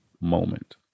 moment